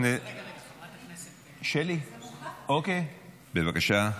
שלי, בבקשה.